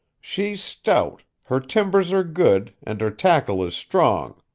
she's stout, her timbers are good and her tackle is strong.